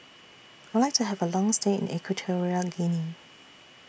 I Would like to Have A Long stay in Equatorial Guinea